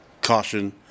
caution